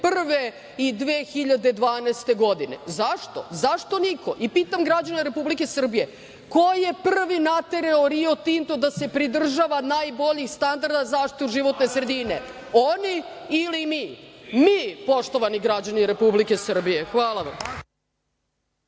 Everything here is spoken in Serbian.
i 2012. godine? Zašto? Pitam građane Republike Srbije - ko je prvi naterao Rio Tinto da se pridržava najboljih standarda zaštite životne sredine, oni ili mi? Mi, poštovani građani Republike Srbije. Hvala vam.